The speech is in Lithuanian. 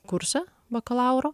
kurse bakalauro